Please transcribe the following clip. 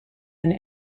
and